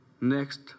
Next